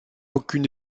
aucune